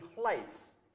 place